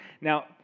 Now